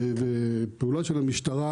ופעולות של המשטרה,